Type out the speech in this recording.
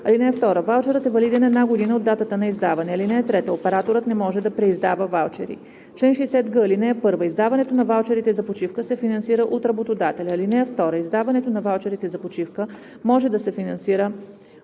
на 10. (2) Ваучерът е валиден една година от датата на издаване. (3) Операторът не може да преиздава ваучери. Чл. 60г. (1) Издаването на ваучерите за почивка се финансира от работодателя. (2) Издаването на ваучерите за почивка може да се финансира